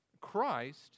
Christ